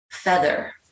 Feather